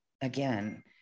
again